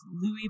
Louis